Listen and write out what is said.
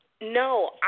No